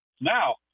Now